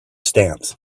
stamps